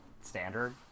standard